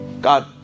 God